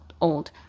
old